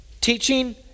Teaching